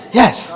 yes